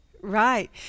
Right